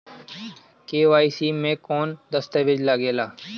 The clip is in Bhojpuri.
के.वाइ.सी मे कौन दश्तावेज लागेला?